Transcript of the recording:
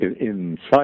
inside